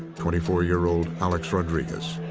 twenty four year old alex rodrigues.